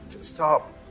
Stop